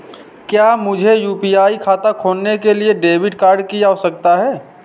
क्या मुझे यू.पी.आई खाता खोलने के लिए डेबिट कार्ड की आवश्यकता है?